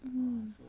mm